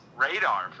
radar